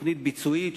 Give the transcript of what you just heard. תוכנית ביצועית,